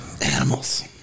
Animals